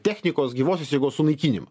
technikos gyvosios jėgos sunaikinimu